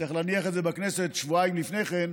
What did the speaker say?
צריך להניח את זה בכנסת שבועיים לפני כן,